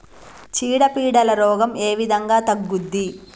చీడ పీడల రోగం ఏ విధంగా తగ్గుద్ది?